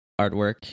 artwork